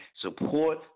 Support